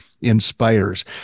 inspires